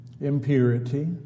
impurity